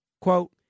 quote